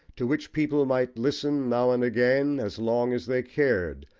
to which people might listen now and again, as long as they cared,